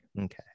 Okay